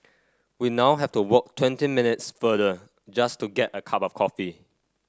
we now have to walk twenty minutes further just to get a cup of coffee